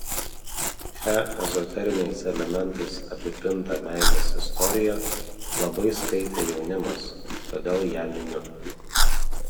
šią ezoteriniais elementais apipintą meilės istoriją labai skaitė jaunimas todėl ją miniu